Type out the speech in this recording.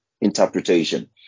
interpretation